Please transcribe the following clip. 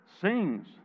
sings